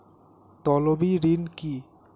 তলবি ঋন কি?